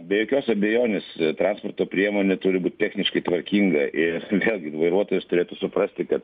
be jokios abejonės transporto priemonė turi būt techniškai tvarkinga ir vėlgi vairuotojas turėtų suprasti kad